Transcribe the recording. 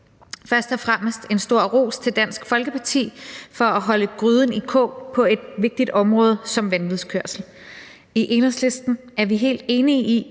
Først og fremmest en stor ros til Dansk Folkeparti for at holde gryden i kog på et vigtigt område som vanvidskørsel. I Enhedslisten er vi helt enige i,